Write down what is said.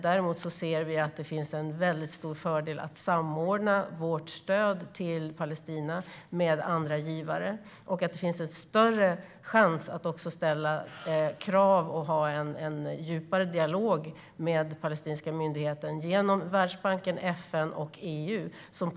Däremot anser vi att det finns en stor fördel med att samordna vårt stöd till Palestina med andra givare. Möjligheten att ställa krav och ha en djupare dialog med den palestinska myndigheten genom Världsbanken, FN och EU är större.